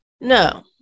No